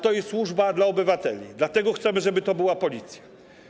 To jest służba dla obywateli, dlatego chcemy, żeby to była Policja.